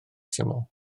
syml